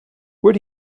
where